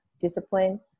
discipline